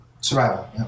Survival